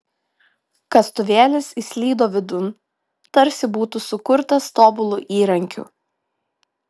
kastuvėlis įslydo vidun tarsi būtų sukurtas tobulu įrankiu